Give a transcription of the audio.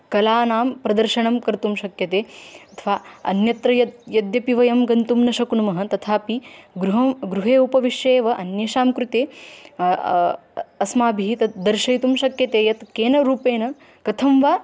कलानां प्रदर्शनं कर्तुं शक्यते अथवा अन्यत्र यद् यद्यपि वयं गन्तुं न शक्नुमः तथापि गृहं गृहे उपविश्य एव अन्येषां कृते अस्माभिः तत् दर्शयितुं शक्यते यत्केन रूपेण कथं वा